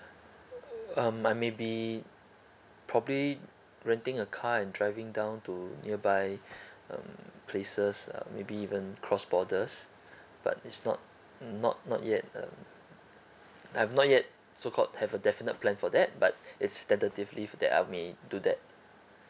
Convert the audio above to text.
um I maybe probably renting a car and driving down to nearby um places uh maybe even cross borders but it's not not not yet um I'm not yet so called have a definite plan for that but it's tentatively that I may do that